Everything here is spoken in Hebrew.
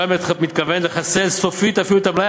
הממשלה מתכוונת לחסל סופית אפילו את המלאי